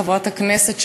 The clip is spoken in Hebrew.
חברת הכנסת,